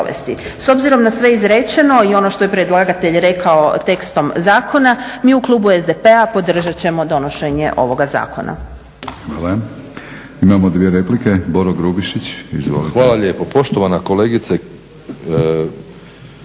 S obzirom na sve izrečeno i ono što je predlagatelj rekao tekstom zakona, mi u klubu SDP-a podržat ćemo donošenje ovoga zakona.